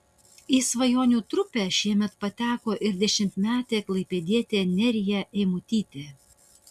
į svajonių trupę šiemet pateko ir dešimtmetė klaipėdietė nerija eimutytė